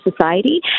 society